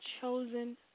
chosen